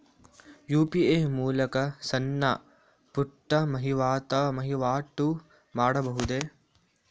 UPI ಮೂಲಕ ಸಣ್ಣ ಪುಟ್ಟ ವಹಿವಾಟು ಮಾಡಬಹುದೇ?